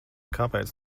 kāpēc